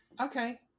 Okay